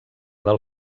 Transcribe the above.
del